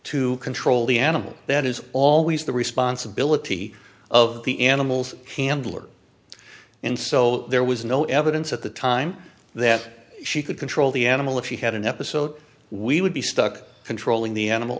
to control the animal that is always the responsibility of the animal's handler and so there was no evidence at the time that she could control the animal if she had an episode we would be stuck controlling the animal